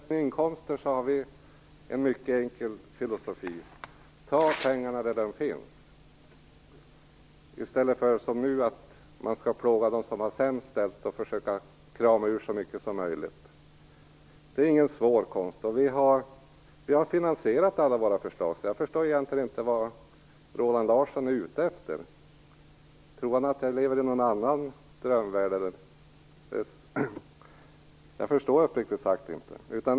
Fru talman! För inkomster har vi en mycket enkel filosofi. Ta pengarna där de finns, i stället för att plåga dem som har det sämst ställt och försöka krama ur så mycket som möjligt ur dem! Det är ingen svår konst. Vi har finansierat alla våra förslag, så jag förstår egentligen inte vad Roland Larsson är ute efter. Tror han att jag lever i någon annan drömvärld? Jag förstår uppriktigt sagt inte.